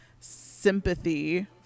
sympathy